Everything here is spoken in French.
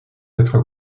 être